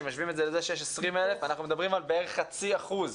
כשמשווים את זה לזה שיש 20,000 אנחנו מדברים על בערך חצי אחוז,